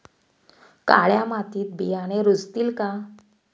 काळ्या मातीत बियाणे रुजतील का?